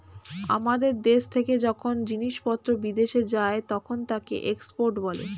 আমাদের দেশ থেকে যখন জিনিসপত্র বিদেশে যায় তখন তাকে এক্সপোর্ট বলে